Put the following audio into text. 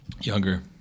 Younger